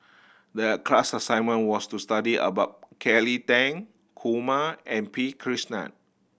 the class assignment was to study about Kelly Tang Kumar and P Krishnan